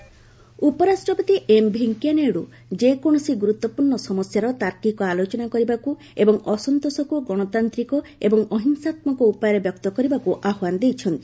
VP Jaitley book ଉପରାଷ୍ଟ୍ରପତି M Venkaiah Naidu ଯେକୌଣସି ଗୁରୁତ୍ୱପୂର୍ଣ୍ଣ ସମସ୍ୟାର ତାର୍କିକ ଆଲୋଚନା କରିବାକୁ ଏବଂ ଅସନ୍ତୋଷକୁ ଗଣତାନ୍ତ୍ରିକ ଏବଂ ଅହିଂସାତ୍ନକ ଉପାୟରେ ବ୍ୟକ୍ତ କରିବାକୁ ଆହ୍ୱାନ ଦେଇଛନ୍ତି